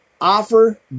offer